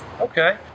Okay